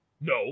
No